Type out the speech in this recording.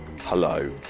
hello